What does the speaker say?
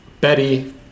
Betty